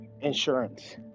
insurance